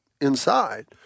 inside